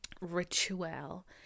ritual